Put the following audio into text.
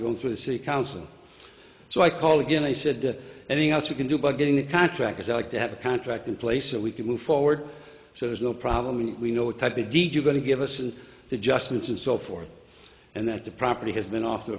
go through the city council so i call again i said anything else you can do by getting the contract as i like to have a contract in place that we can move forward so there's no problem we know what type of deed you're going to give us an adjustment and so forth and that the property has been off the